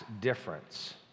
difference